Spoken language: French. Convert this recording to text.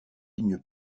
lignes